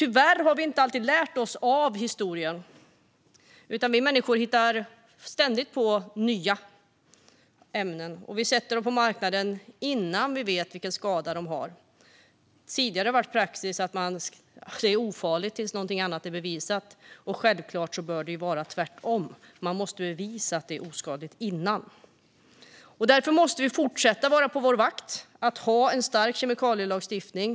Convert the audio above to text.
Tyvärr har vi inte alltid lärt av oss av historien. Vi människor hittar ständigt på nya ämnen. Vi för ut dem på marknaden innan vi vet vilken skada de gör. Tidigare var praxis att ämnet var ofarligt tills något annat bevisats. Självklart bör det vara tvärtom; man måste bevisa att ämnet är ofarligt innan det förs ut. Vi måste därför fortsätta att vara på vår vakt och ha en stark kemikalielagstiftning.